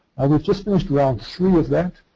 we've just finished round three of that.